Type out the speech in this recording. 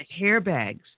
hairbags